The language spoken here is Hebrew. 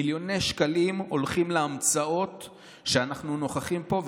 מיליוני שקלים הולכים להמצאות שאנחנו נוכחים בהן פה.